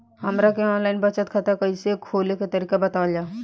हमरा के online बचत बैंक खाता खोले के तरीका बतावल जाव?